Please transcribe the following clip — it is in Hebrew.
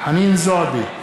חנין זועבי,